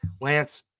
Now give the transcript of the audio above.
Lance